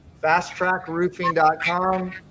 fasttrackroofing.com